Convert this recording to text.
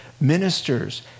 ministers